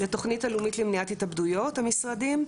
המשרדים,